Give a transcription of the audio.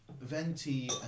venti